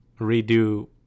redo